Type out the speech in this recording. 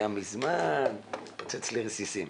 היה מזמן מתפוצץ לרסיסים.